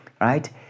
right